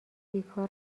بیکار